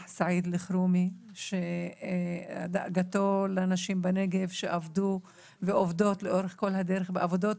סעיד אלחרומי שדאג שנשים בנגב שעבדו ועובדות בעבודות